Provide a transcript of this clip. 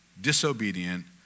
disobedient